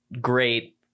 great